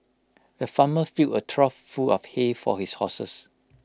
the farmer filled A trough full of hay for his horses